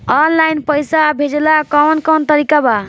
Online पइसा भेजेला कवन कवन तरीका बा?